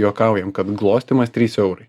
juokaujam kad glostymas trys eurai